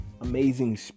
amazing